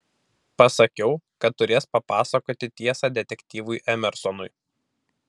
pasakiau kad turės papasakoti tiesą detektyvui emersonui